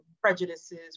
prejudices